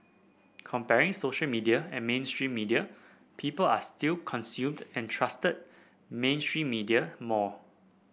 comparing social media and mainstream media people are still consumed and trusted mainstream media more